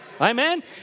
Amen